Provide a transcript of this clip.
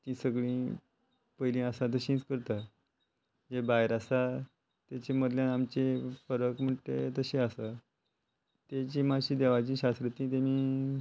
तीं सगळीं पयलीं आसा तशींच करता जे भायर आसा तेचे मदल्यान आमचे फरक म्हणटा तशें आसा तेजी मात्शी देवाची शास्त्री ताणी